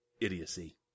idiocy